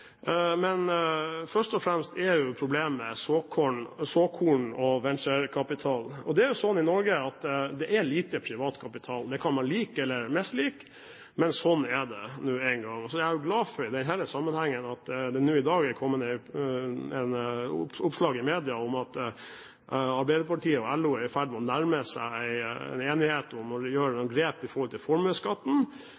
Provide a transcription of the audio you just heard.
Men først og fremst er problemet såkorn og venturekapital. Det er slik i Norge at det er lite privat kapital. Det kan man like eller mislike, men slik er det nå engang. Jeg er i denne sammenhengen glad for at det i dag har kommet oppslag i media om at Arbeiderpartiet og LO er i ferd med å nærme seg enighet om å gjøre